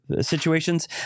situations